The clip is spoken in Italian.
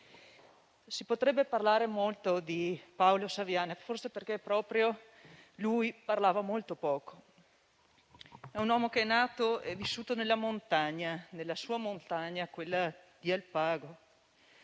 Si potrebbe parlare molto di Paolo Saviane, forse proprio perché lui parlava molto poco. Era un uomo nato e vissuto in montagna, nella sua montagna, quella di Alpago,